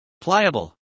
Pliable